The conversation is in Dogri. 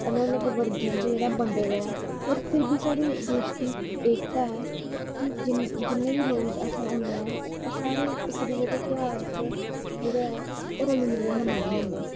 अलग अलग वर्गें च जेह्ड़ा बंडे दा ऐ बट फिर बी साढ़े देश दी एकता ऐ कि जिन्ने बी लोग अस होने ऐं सारे इकदुए दे ध्यार च जेह्ड़ा ऐ रली मिलियै बनाने होने ऐं